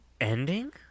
Ending